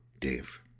Dave